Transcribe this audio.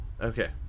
Okay